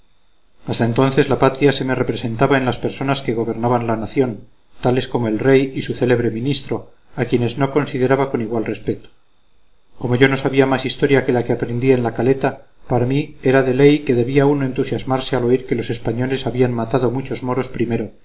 hasta entonces la patria se me representaba en las personas que gobernaban la nación tales como el rey y su célebre ministro a quienes no consideraba con igual respeto como yo no sabía más historia que la que aprendí en la caleta para mí era de ley que debía uno entusiasmarse al oír que los españoles habían matado muchos moros primero